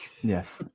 Yes